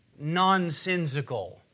nonsensical